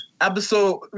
Episode